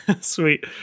Sweet